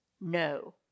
No